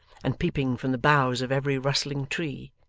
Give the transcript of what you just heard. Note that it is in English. and peeping from the boughs of every rustling tree.